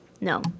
No